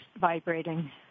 vibrating